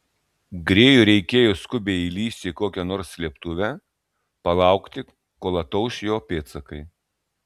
grėjui reikėjo skubiai įlįsti į kokią nors slėptuvę palaukti kol atauš jo pėdsakai